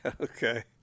Okay